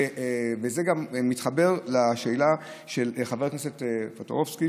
וזה גם מתחבר לשאלה של חבר הכנסת טופורובסקי.